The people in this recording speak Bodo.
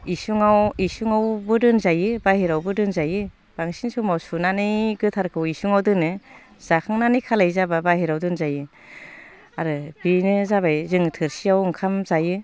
इसुङाव इसुङावबो दोनजायो बाहेरायावबो दोनजायो बांसिन समाव सुनानै गोथारखौ इसुङाव दोनो जाखांनानै खालाय जाब्ला बाहेरायाव दोनजायो आरो बेनो जाबाय जोङो थोरसियाव ओंखाम जायो